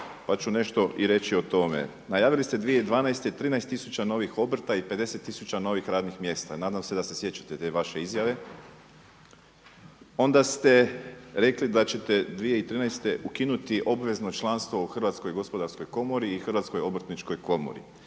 pa ću nešto i reći o tome. Najavili ste 2012. 13 tisuća novih obrta i 50 tisuća novih radnih mjesta, nadam se da se sjećate te vaše izjave. Onda ste rekli da ćete 2013. ukinuti obvezno članstvo u HGK i HOK. I sada čitam jedan naslov iz